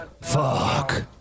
fuck